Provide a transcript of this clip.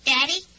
Daddy